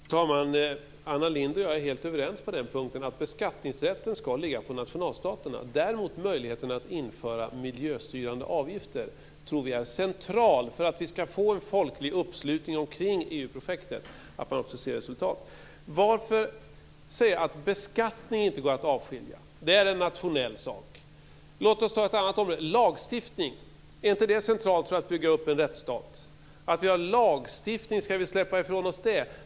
Fru talman! Anna Lindh och jag är helt överens på den punkten. Beskattningsrätten ska ligga på nationalstaterna. Däremot tror vi att möjligheten att införa miljöstyrande avgifter är central för att vi ska få en folklig uppslutning omkring EU-projektet. Man måste också kunna se resultat. Varför säga att beskattning inte går att avskilja? Det är en nationell sak. Låt oss ta ett annat område, t.ex. lagstiftning. Är det inte centralt för att bygga upp en rättsstat att vi har lagstiftning? Ska vi släppa ifrån oss det?